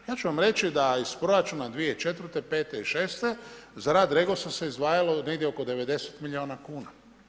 Ja ću vam reći da iz proračuna 2004., 2005. i 2006. za rad REGOS se izdvajalo negdje oko 90 milijuna kuna.